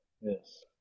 Yes